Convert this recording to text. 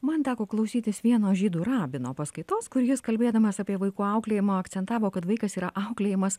man teko klausytis vieno žydų rabino paskaitos kur jis kalbėdamas apie vaikų auklėjimą akcentavo kad vaikas yra auklėjamas